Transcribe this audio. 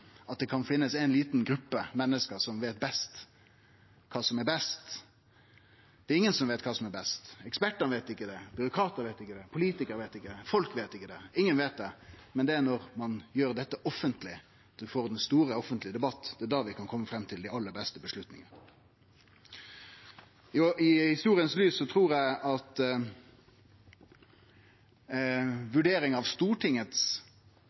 at det kan finnast ei lita gruppe menneske som veit best kva som er best. Det er ingen som veit kva som er best. Ekspertane veit ikkje det, byråkratar veit ikkje det, politikarar veit ikkje det, folk veit ikkje det – ingen veit det. Men det er når ein gjer dette offentleg, at vi får ein stor offentleg debatt, at vi kan kome fram til dei aller beste avgjerdene. I historias lys trur eg at vurdering av Stortingets